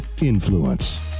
Influence